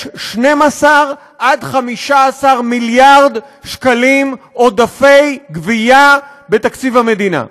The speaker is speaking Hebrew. יש 12 15 מיליארד שקלים עודפי גבייה בתקציב המדינה.